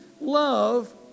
love